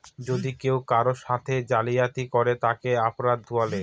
যদি কেউ কারোর সাথে জালিয়াতি করে তাকে অপরাধ বলে